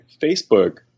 Facebook